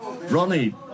Ronnie